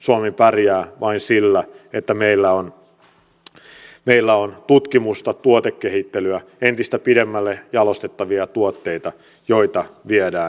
suomi pärjää vain sillä että meillä on tutkimusta tuotekehittelyä entistä pidemmälle jalostettavia tuotteita joita viedään eteenpäin